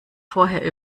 vorher